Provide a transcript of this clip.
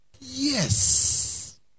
Yes